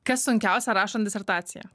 kas sunkiausia rašant disertaciją